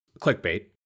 clickbait